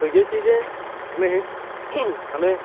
تو یہ چیزیں ہمیں ہمیں